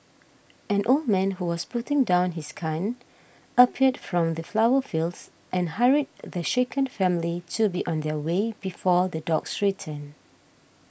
an old man who was putting down his gun appeared from the sunflower fields and hurried the shaken family to be on their way before the dogs return